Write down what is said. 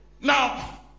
now